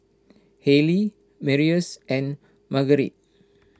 Haleigh Marius and Marguerite